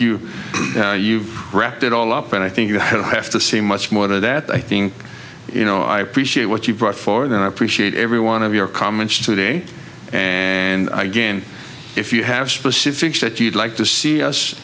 q you've wrapped it all up and i think you have to say much more than that i think you know i appreciate what you brought forward and i appreciate every one of your comments today and again if you have specifics that you'd like to see us